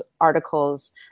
articles